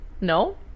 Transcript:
No